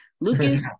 Lucas